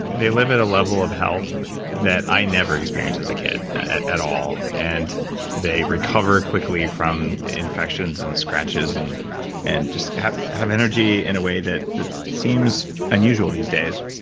they live at a level of health that i never experienced as a kid at all and they recover quickly from infections, and scratches, and and just have have energy in a way that seems unusual these days.